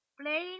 Playing